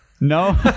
no